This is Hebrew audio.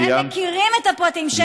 שהם מכירים את הפרטים, גברתי.